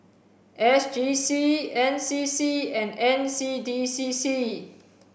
S G C N C C and N C D C C